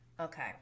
Okay